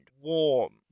warm